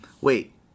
Wait